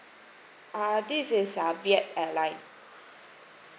uh this is uh viet airlines